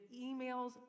emails